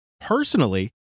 Personally